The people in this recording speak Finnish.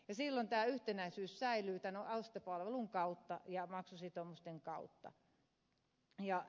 silloin tämä yhtenäisyys säilyy tämän ostopalvelun kautta ja maksusitoumusten kautta